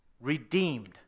redeemed